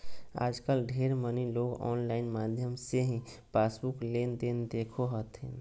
आजकल ढेर मनी लोग आनलाइन माध्यम से ही पासबुक लेनदेन देखो हथिन